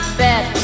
bet